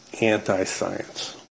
anti-science